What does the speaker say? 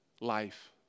life